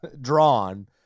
drawn